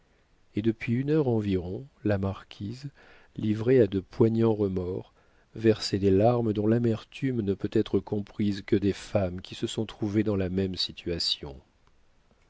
et depuis une heure environ la marquise livrée à de poignants remords versait des larmes dont l'amertume ne peut être comprise que des femmes qui se sont trouvées dans la même situation